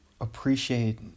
appreciate